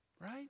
Right